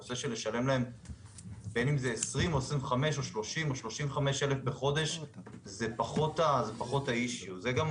הנושא של לשלם להם 25 או 35 אלף בחודש זה פחות העניין --- שגיא,